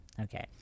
Okay